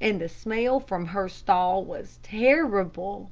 and the smell from her stall was terrible.